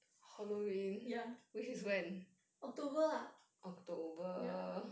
ya october lah ya